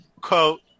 quote